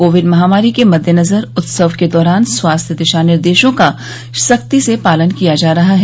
Covid महामारी के मद्देनजर उत्सव के दौरान स्वास्थ्य दिशा निर्देशों का सख्ती से पालन किया जा रहा है